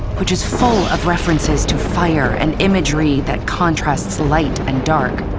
which is full of references to fire and imagery that contrasts light and dark.